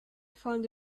found